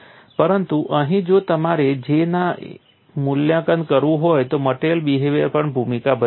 પરંતુ અહીં જો તમારે J નું મૂલ્યાંકન કરવું હોય તો મટિરિયલ બિહેવીઅર પણ ભૂમિકા ભજવે છે